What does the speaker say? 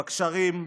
בגשרים,